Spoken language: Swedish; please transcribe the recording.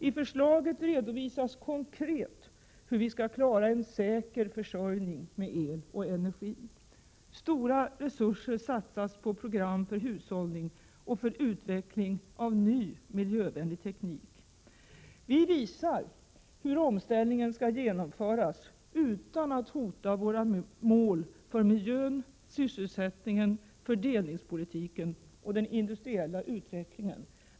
I förslaget redovisas konkret hur vi skall klara en säker försörjning med el och energi. Stora resurser satsas på program för hushållning och för utveckling av ny miljövänlig teknik. Vi visar hur omställningen skall genomföras, utan att hota våra mål för miljön, sysselsättningen, fördelningspolitiken och den industriella utvecklingen.